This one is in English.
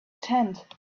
tent